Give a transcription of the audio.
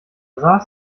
saß